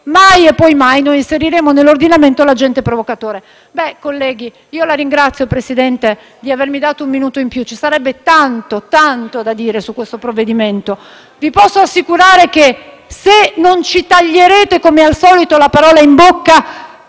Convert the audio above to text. mai e poi mai noi inseriremo nell'ordinamento l'agente provocatore.